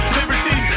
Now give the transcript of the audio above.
liberty